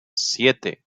siete